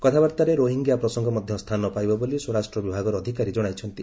କଥାବାର୍ତ୍ତାରେ ରୋହିଙ୍ଗ୍ୟା ପ୍ରସଙ୍ଗ ମଧ୍ୟ ସ୍ଥାନ ପାଇବ ବୋଲି ସ୍ୱରାଷ୍ଟ୍ର ବିଭାଗର ଅଧିକାରୀ ଜଣାଇଛନ୍ତି